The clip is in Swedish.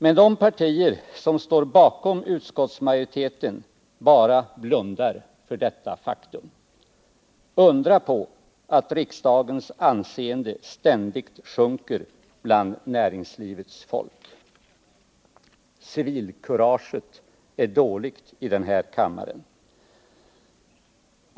Men de partier som står bakom utskottsmajoriteten bara blundar för detta faktum. Undra på att riksdagens anseende ständigt sjunker bland näringslivets folk. Civilkuraget är dåligt i den här kammaren.